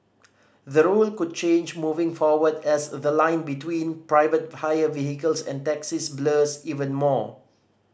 the rule could change moving forward as the line between private hire vehicles and taxis blurs even more